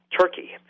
Turkey